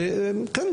כן,